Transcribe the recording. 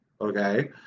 okay